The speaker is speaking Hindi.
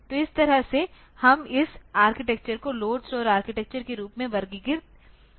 तो इस तरह से हम इस आर्किटेक्चर को लोड स्टोर आर्किटेक्चर के रूप में वर्गीकृत कर सकते हैं